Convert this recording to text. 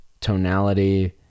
tonality